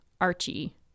Archie